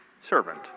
servant